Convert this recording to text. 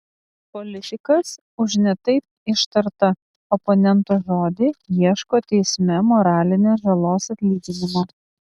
politikas už ne taip ištartą oponento žodį ieško teisme moralinės žalos atlyginimo